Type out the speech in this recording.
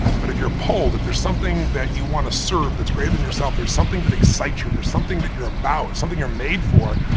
but if you're pulled, if there's something that you want to serve that's greater than yourself, there's something that excites you, there's something that you're about, there's something you're made for,